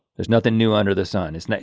there's nothing new under the sun it's not.